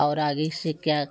और आगे इससे क्या